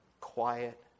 quiet